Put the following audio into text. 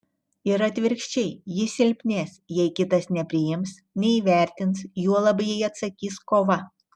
ir atvirkščiai ji silpnės jei kitas nepriims neįvertins juolab jei atsakys kova